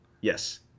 Yes